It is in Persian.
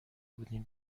بودیم